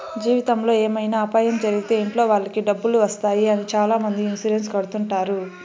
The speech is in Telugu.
జీవితంలో ఏమైనా అపాయం జరిగితే ఇంట్లో వాళ్ళకి డబ్బులు వస్తాయి అని చాలామంది ఇన్సూరెన్స్ కడుతుంటారు